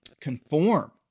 conform